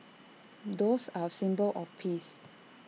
doves are A symbol of peace